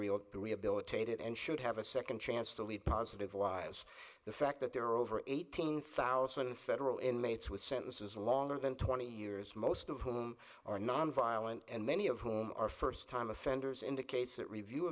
real rehabilitated and should have a second chance to lead positive lives the fact that there are over eighteen thousand federal inmates with sentences longer than twenty years most of whom are nonviolent and many of whom are first time offenders indicates that review